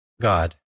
God